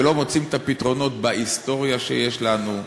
ולא מוצאים את הפתרונות בהיסטוריה שיש לנו,